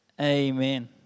amen